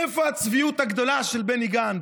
איפה הצביעות הגדולה של בני גנץ?